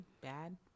bad